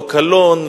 לא קלון,